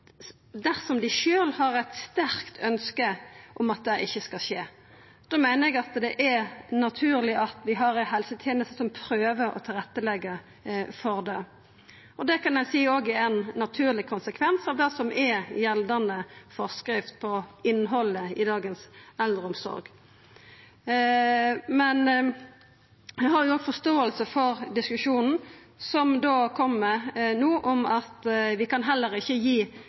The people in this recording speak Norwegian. dersom dei sjølve har eit sterkt ønske om at det ikkje skal skje. Da meiner eg det er naturleg at vi har ei helseteneste som prøver å leggja til rette for det. Det kan ein òg seia er ein naturleg konsekvens av det som er gjeldande forskrift om innhaldet i eldreomsorga i dag. Eg har òg forståing for diskusjonen som kjem no, om at vi heller ikkje kan gi